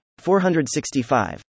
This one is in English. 465